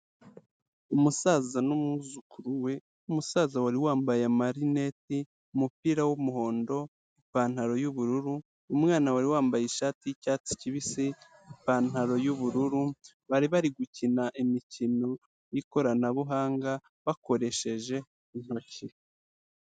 Umusaza n'umwuzukuru we umusaza wari wambaye amarineti, umupira w'umuhondo, ipantaro y'ubururu, umwana wari wambaye ishati y'icyatsi kibisi, ipantaro y'ubururu, bari bari gukina imikino y'ikoranabuhanga bakoresheje intoki.